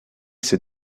ces